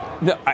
No